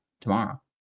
tomorrow